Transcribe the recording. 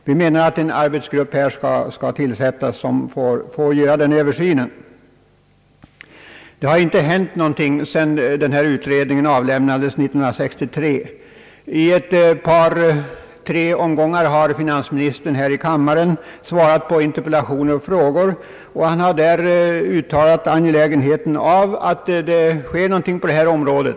Vi önskar att en arbetsgrupp skall tillsättas för att göra den översynen. Det har inte hänt någonting sedan utredningen avlämnades 1963. I ett par, tre omgångar har finansministern här i kammaren svarat på interpellationer och frågor och därvid framhållit angelägenheten av att någonting sker på detta område.